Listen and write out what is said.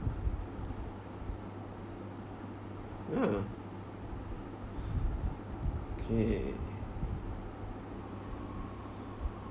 ya okay